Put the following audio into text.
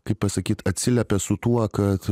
kaip pasakyt atsiliepė su tuo kad